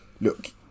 look